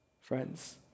Friends